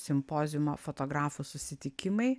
simpoziumo fotografų susitikimai